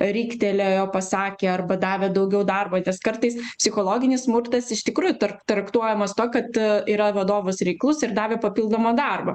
riktelėjo pasakė arba davė daugiau darbo nes kartais psichologinis smurtas iš tikrųjų tarp traktuojamas tuo kad yra vadovas reiklus ir davė papildomo darbo